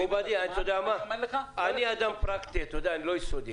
מכובדי, אני אדם פרקטי, אני לא יסודי.